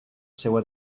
seua